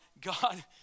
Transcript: God